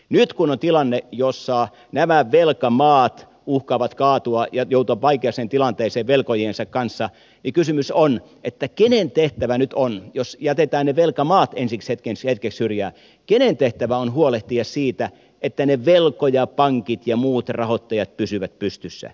nyt kun on tilanne jossa nämä velkamaat uhkaavat kaatua ja joutua vaikeaan tilanteeseen velkojiensa kanssa kysymys on kenen tehtävä nyt on jos jätetään ne velkamaat hetkeksi syrjään huolehtia siitä että ne velkojapankit ja muut rahoittajat pysyvät pystyssä